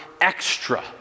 extra